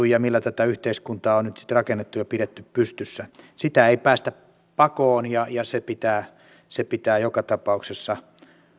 ja millä tätä yhteiskuntaa on nyt sitten rakennettu ja pidetty pystyssä sitä ei päästä pakoon ja se pitää se pitää joka tapauksessa